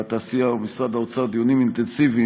והתעשייה ומשרד האוצר דיונים אינטנסיביים